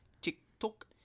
TikTok